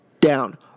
down